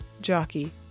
Jockey